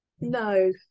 No